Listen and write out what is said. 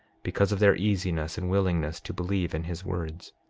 because of their easiness and willingness to believe in his words.